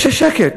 יש שקט.